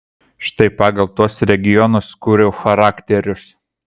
štai pagal tuos regionus kūriau charakterius